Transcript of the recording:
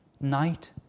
night